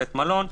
בית המלון,